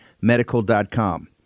medical.com